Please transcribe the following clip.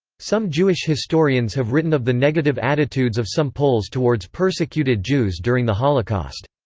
some jewish historians have written of the negative attitudes of some poles towards persecuted jews during the holocaust.